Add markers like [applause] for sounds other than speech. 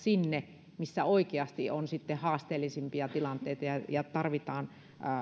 [unintelligible] sinne missä oikeasti on haasteellisempia tilanteita ja ja tarvitaan